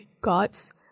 God's